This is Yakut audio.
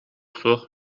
суох